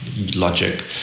Logic